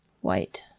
white